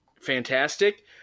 fantastic